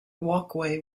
walkway